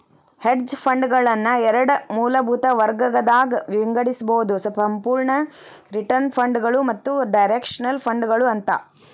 hedge ಫಂಡ್ಗಳನ್ನ ಎರಡ್ ಮೂಲಭೂತ ವರ್ಗಗದಾಗ್ ವಿಂಗಡಿಸ್ಬೊದು ಸಂಪೂರ್ಣ ರಿಟರ್ನ್ ಫಂಡ್ಗಳು ಮತ್ತ ಡೈರೆಕ್ಷನಲ್ ಫಂಡ್ಗಳು ಅಂತ